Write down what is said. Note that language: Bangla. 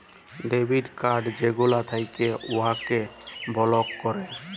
ডেবিট কাড় যেগলা থ্যাকে উয়াকে বলক ক্যরে